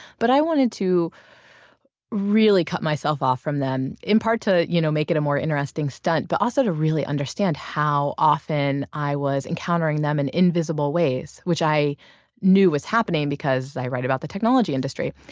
but i wanted to really cut myself off from them. in part, to you know make it a more interesting stunt but also to really understand how often i was encountering them in invisible ways, which i knew was happening because i write about the technology industry.